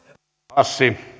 arvoisa